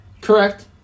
Correct